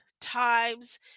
times